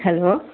hello